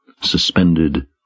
suspended